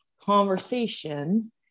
conversation